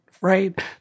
right